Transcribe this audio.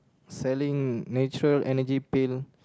selling nature energy pill